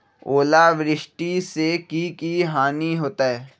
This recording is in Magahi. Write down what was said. ओलावृष्टि से की की हानि होतै?